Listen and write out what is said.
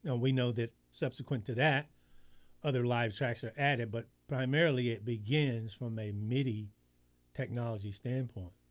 and we know that subsequent to that other live tracks are added but primarily it begins from a midi technology standpoint.